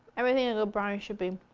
everything a good brownie should be.